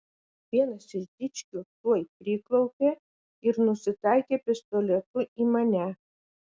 vienas iš dičkių tuoj priklaupė ir nusitaikė pistoletu į mane